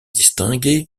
distingués